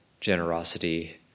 generosity